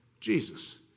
Jesus